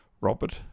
Robert